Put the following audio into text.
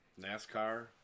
NASCAR